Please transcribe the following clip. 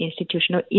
institutional